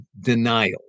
denial